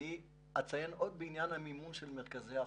אני אציין עוד בעניין המימון של מרכזי החוסן,